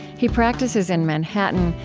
he practices in manhattan.